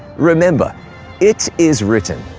remember it is written,